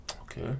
Okay